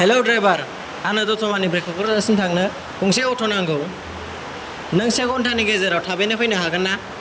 hello driver आंनो दतमानिफ्राय क'क्राझारसिम थांनो गंसे अट' नांगौ नों से घन्टानि गेजेराव थाबैनो फैनो हागोन ना